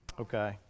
Okay